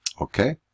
Okay